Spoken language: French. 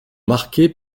marquées